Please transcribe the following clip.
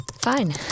Fine